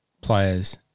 players